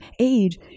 age